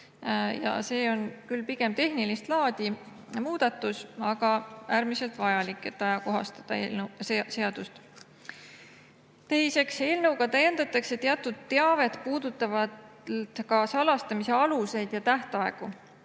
See on küll pigem tehnilist laadi muudatus, aga äärmiselt vajalik, et seadust ajakohastada. Teiseks, eelnõuga täiendatakse teatud teavet puudutavaid salastamise aluseid ja tähtaegu.